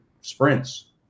sprints